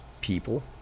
people